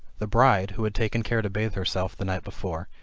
the bride, who had taken care to bathe herself the night before,